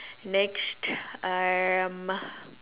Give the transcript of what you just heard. next um